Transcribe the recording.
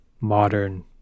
modern